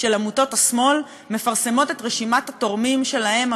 של עמותות השמאל מפרסמות את רשימות התורמים שלהן,